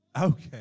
Okay